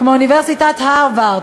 כמו אוניברסיטת הרווארד,